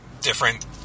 different